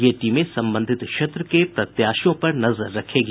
ये टीमें संबंधित क्षेत्र के प्रत्याशियों पर नजर रखेगी